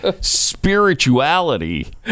spirituality